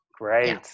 Great